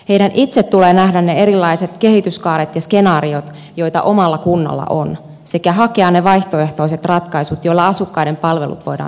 heidän itse tulee nähdä ne erilaiset kehityskaaret ja skenaariot joita omalla kunnalla on sekä hakea ne vaihtoehtoiset ratkaisut joilla asukkaiden palvelut voidaan turvata